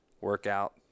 workout